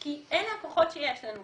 כי אלה הכוחות שיש לנו,